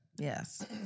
Yes